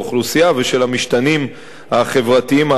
ושל המשתנים החברתיים האחרים,